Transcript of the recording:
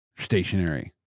stationary